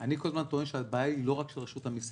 אני כל הזמן טוען שהבעיה היא לא רק של רשות המסים.